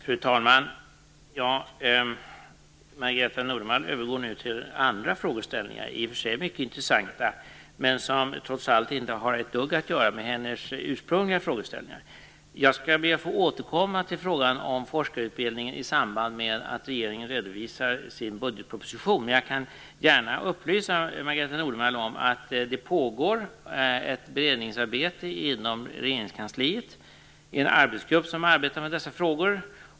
Fru talman! Margareta Nordenvall övergår nu till andra frågeställningar. De är i och för sig mycket intressanta, men har inte ett dugg att göra med hennes ursprungliga frågeställningar. Jag skall be att få återkomma till frågan om forskarutbildningen i samband med att regeringen redovisar sin budgetproposition. Men jag kan gärna upplysa Margareta Nordenvall om att det pågår ett beredningsarbete inom Regeringskansliet. Det är en arbetsgrupp som arbetar med dessa frågor.